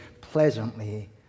pleasantly